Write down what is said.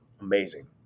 amazing